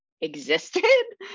existed